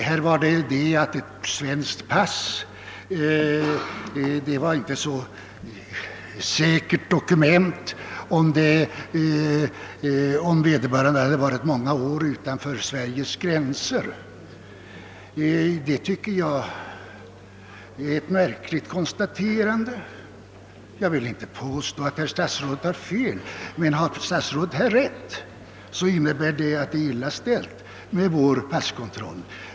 Statsrådet menade, att svenskt pass inte är ett så särskilt säkert dokument, om vederbörande har varit många år utanför Sveriges gränser. Det tycker jag är ett märkligt konstaterande. Jag påstår inte att herr statsrådet har fel, men har herr Kling rätt så innebär det att det är illa ställt med vår passkontroll.